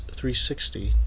360